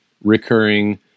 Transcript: recurring